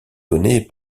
donnée